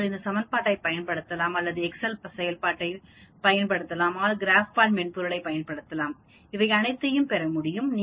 நீங்கள் இந்த சமன்பாட்டைப் பயன்படுத்தலாம் அல்லது எக்செல் செயல்பாடு அல்லது கிராப்பேட் மென்பொருளையும் பயன்படுத்தலாம் இவை அனைத்தும் பெற முடியும்